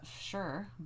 sure